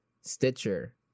Stitcher